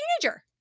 teenager